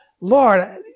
Lord